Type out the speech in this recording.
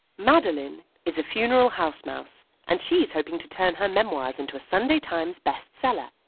madeleine is a funeral house mouse, and she's hoping to turn her memoirs into a sunday times best seller.